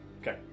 Okay